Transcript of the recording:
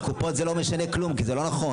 כשלקופות זה לא משנה כלום כי זה לא נכון.